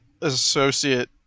associate